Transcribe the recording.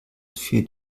für